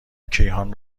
کیهان